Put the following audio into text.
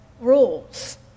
rules